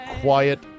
quiet